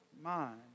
mind